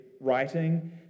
writing